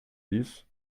dix